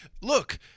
look